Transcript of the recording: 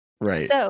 Right